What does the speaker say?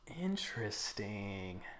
Interesting